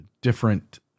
different